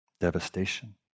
Devastation